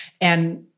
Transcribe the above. And-